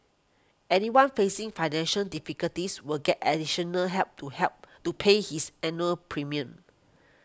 anyone facing financial difficulties will get additional help to help to pay his annual premium